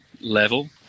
level